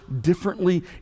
differently